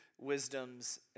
wisdom's